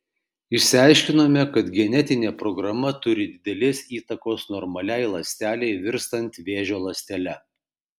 išsiaiškinome kad genetinė programa turi didelės įtakos normaliai ląstelei virstant vėžio ląstele